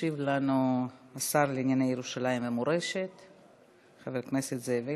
ישיב לנו השר לירושלים ומורשת חבר הכנסת זאב אלקין.